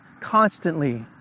constantly